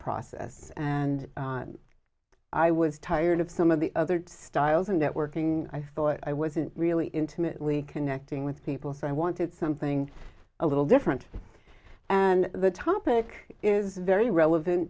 process and i was tired of some of the other styles and networking i thought i wasn't really intimately connecting with people so i wanted something a little different and the topic is very relevant